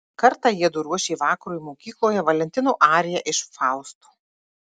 kartą jiedu ruošė vakarui mokykloje valentino ariją iš fausto